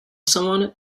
someone